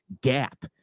gap